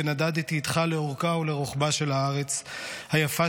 ונדדתי איתך לאורכה ולרוחבה של הארץ היפה